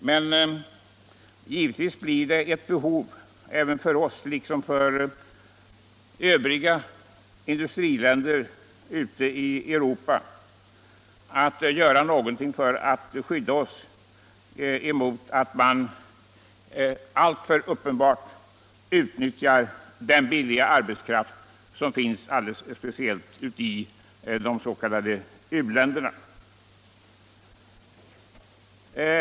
Men givetvis har vi liksom övriga industriländer i Europa behov av att göra någonting för att skydda oss mot att man alltför uppenbart utnyttjar den billiga arbetskraft som finns speciellt i de s.k. u-länderna.